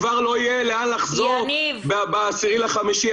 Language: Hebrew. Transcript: כבר לא יהיה לאן לחזור ב-10 למאי.